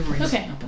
Okay